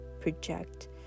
project